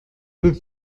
peu